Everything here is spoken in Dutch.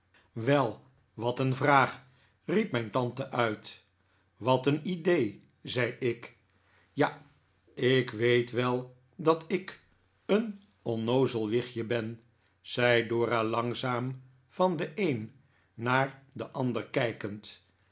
wel wat een vraag riep mijn tante uit wat een idee zei ik ja ik weet wel dat ik een onnoozel wichtje ben zei dora langzaam van de een naar den ander kijkend